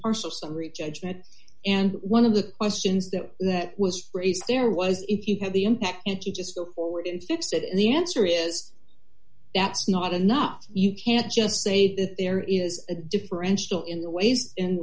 partial summary judgment and one of the questions that that was raised there was if you have the impact if you just go forward and fix it and the answer is that's not enough you can't just say that there is a differential in the ways